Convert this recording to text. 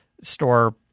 store